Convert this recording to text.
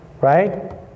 right